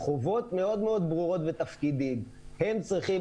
חובות מאוד מאוד ברורות ותפקידים: הם צריכים